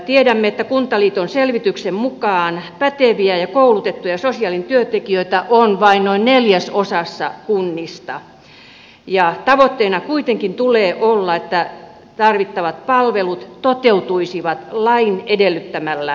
tiedämme että kuntaliiton selvityksen mukaan päteviä ja koulutettuja sosiaalityöntekijöitä on vain noin neljäsosassa kunnista ja tavoitteena kuitenkin tulee olla että tarvittavat palvelut toteutuisivat lain edellyttämällä tavalla